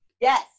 Yes